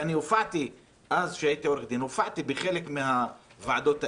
ואני הופעתי כשהייתי עורך דין בחלק מהוועדות האלה.